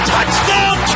Touchdown